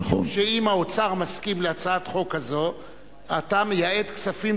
אני חושב שאם האוצר מסכים להצעת חוק כזאת שאתה מייעד כספים,